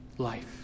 life